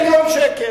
מיליון שקל.